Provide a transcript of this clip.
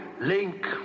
link